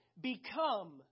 become